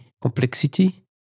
complexity